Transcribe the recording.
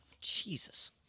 Jesus